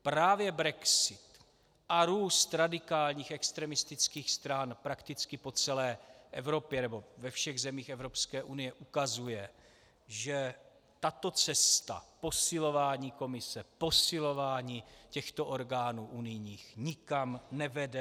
Právě brexit a růst radikálních extremistických stran prakticky po celé Evropě nebo ve všech zemích Evropské unie ukazuje, že tato cesta posilování Komise, posilování těchto unijních orgánů nikam nevede.